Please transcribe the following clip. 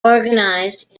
organized